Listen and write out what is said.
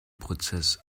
prozess